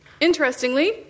Interestingly